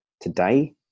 today